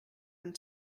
and